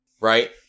right